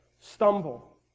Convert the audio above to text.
stumble